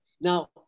Now